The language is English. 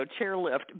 chairlift